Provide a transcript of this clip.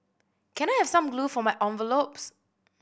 can I have some glue for my envelopes